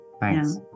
thanks